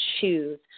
choose